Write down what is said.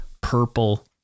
Purple